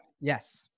Yes